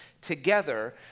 together